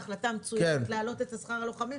ההחלטה המצוינת להעלות את שכר הלוחמים,